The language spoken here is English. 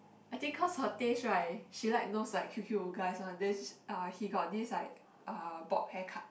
I think cause her taste right she like those like cute cute guys one then uh he got this like uh Bob haircut